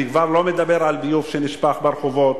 אני כבר לא מדבר על ביוב שנשפך ברחובות,